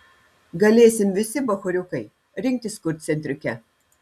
galėsim visi bachūriukai rinktis kur centriuke